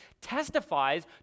testifies